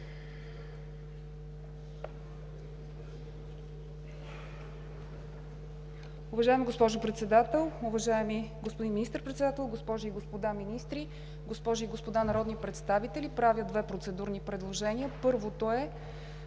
Уважаема госпожо Председател, уважаеми господин Министър-председател, госпожи и господа министри, госпожи и господа народни представители! Правя две процедурни предложения. Първото е